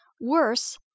Worse